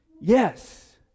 Yes